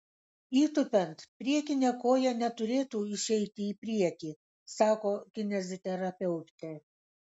įtūpiant priekinė koja neturėtų išeiti į priekį sako kineziterapeutė